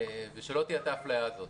ושלא תהיה האפליה הזאת.